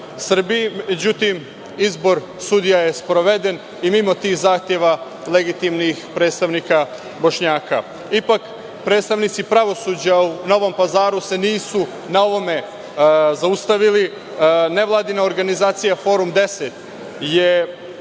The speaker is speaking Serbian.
Međutim, izbor sudija je sproveden i mimo tih zahteva legitimnih predstavnika Bošnjaka. Ipak, predstavnici pravosuđa u Novom Pazaru se nisu na ovome zaustavili. Nevladina organizacija Forum 10